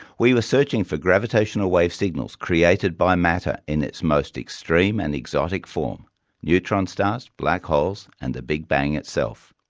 we were searching for gravitational wave signals created by matter in its most extreme and exotic form neutron stars, black holes and the big bang itself.